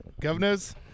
governors